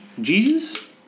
Jesus